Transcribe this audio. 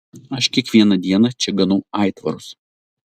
aš kiekvieną dieną čia ganau aitvarus